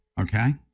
okay